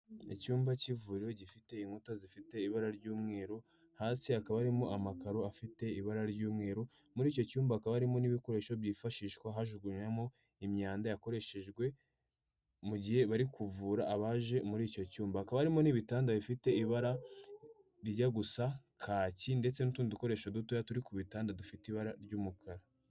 Icyumba cy'ivuriro gifite inkuta zifite ibara ry'umweru hasi hakaba arimo amakaro afite ibara ry'umweru muri icyo cyumba hakaba harimo n'ibikoresho byifashishwa hajugunywamo imyanda yakoreshejwe mu gihe bari kuvura abaje muri icyo cyumba hakaba harimo n’ibitanda bifite ibara ryijya gusa kaki ndetse n'utudukoresho dutoya turi ku bitanda dufite ibara ry'umukara.